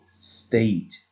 state